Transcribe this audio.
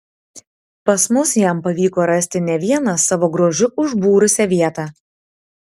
pas mus jam pavyko rasti ne vieną savo grožiu užbūrusią vietą